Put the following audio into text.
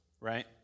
right